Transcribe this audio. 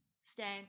stand